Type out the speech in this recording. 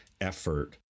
effort